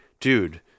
dude